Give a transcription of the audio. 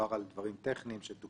מדובר על דברים טכניים שתוקנו.